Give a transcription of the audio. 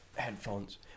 Headphones